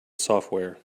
software